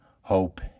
hope